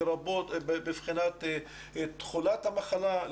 לרבות מבחינת תחולת המחלה,